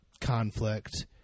conflict